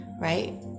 right